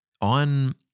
on